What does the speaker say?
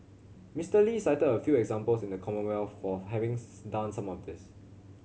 Mister Lee cited a few examples in the Commonwealth for having done some of this